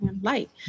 light